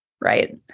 right